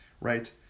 right